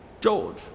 George